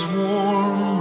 warm